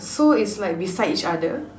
so it's like beside each other